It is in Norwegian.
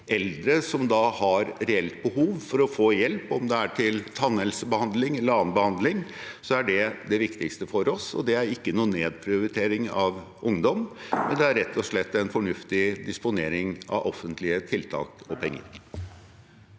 eldre som har et reelt behov for å få hjelp – om det er til tannhelsebehandling eller annen behandling – det er det viktigste for oss. Det er ikke nedprioritering av ungdom; det er rett og slett en fornuftig disponering av offentlige tiltak. Tellef